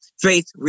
Faith